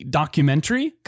documentary